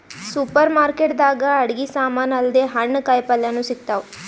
super market ದಾಗ್ ಅಡಗಿ ಸಮಾನ್ ಅಲ್ದೆ ಹಣ್ಣ್ ಕಾಯಿಪಲ್ಯನು ಸಿಗ್ತಾವ್